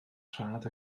rhad